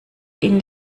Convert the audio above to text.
ihn